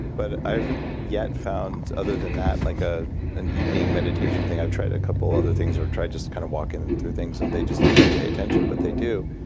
but i haven't yet found, other than that, like ah an evening meditation thing. i've tried a couple other things or tried just kind of walking through things. and they just don't pay attention, but they do.